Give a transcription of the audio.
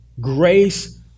Grace